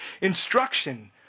instruction